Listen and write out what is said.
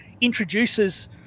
introduces